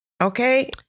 Okay